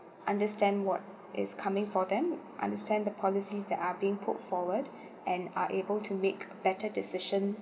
understand what is coming for them understand the policies that are being put forward and are able to make better decision